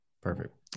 Perfect